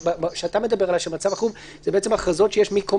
כשאתה מדבר על מצב החירום זה בעצם הכרזות שיש מקום